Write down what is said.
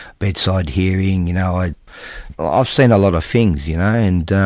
bedside hearing. you know i've i've seen a lot of things, you know, and